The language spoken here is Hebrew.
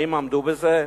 האם עמדו בזה?